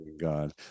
God